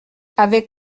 avec